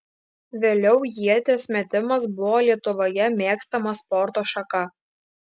vėliau ieties metimas buvo lietuvoje mėgstama sporto šaka